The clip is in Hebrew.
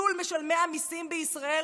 אין חצי ניצול משלמי המיסים בישראל.